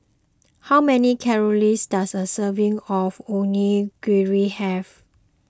how many calories does a serving of Onigiri have